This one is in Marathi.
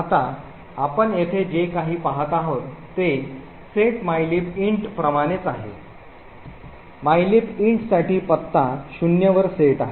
आता आपण येथे जे काही पाहत आहोत ते set mylib int प्रमाणेच आहे mylib int साठी पत्ता 0 वर सेट आहे